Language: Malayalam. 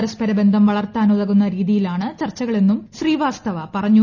പരസ്പരബന്ധം വളർത്താനുതകുന്ന രീതിയിലാണ് ചർച്ചകളെന്നും ശ്രീവാസ്തവ പറഞ്ഞു